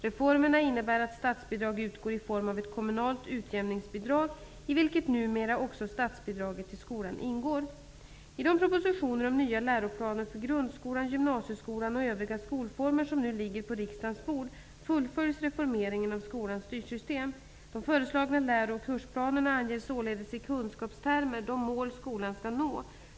Reformerna innebär att statsbidrag utgår i form av ett kommunalt utjämningsbidrag, i vilket numera också statsbidraget till skolan ingår. I de propositioner om nya läroplaner för grundskolan, gymnasieskolan och övriga skolformer som nu ligger på riksdagens bord fullföljs reformeringen av skolans styrsystem. De föreslagna läro och kursplanerna anger således i kunskapstermer de mål som skolan skall nå.